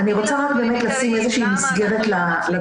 אני רוצה רק באמת לשים איזו שהיא מסגרת לדברים.